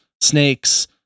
snakes